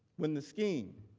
when the steam